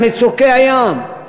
על מצוקי הים,